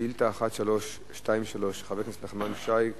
שאילתא 1323 של חבר הכנסת נחמן שי,